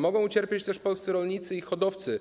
Mogą ucierpieć też polscy rolnicy i hodowcy,